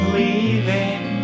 leaving